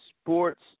Sports